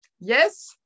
Yes